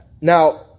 Now